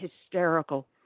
hysterical